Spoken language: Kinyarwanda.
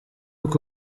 uko